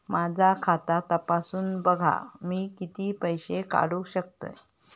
माझा खाता तपासून बघा मी किती पैशे काढू शकतय?